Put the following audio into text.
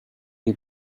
you